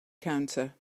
counter